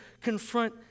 confront